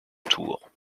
tours